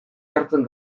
jartzen